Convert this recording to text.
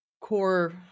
core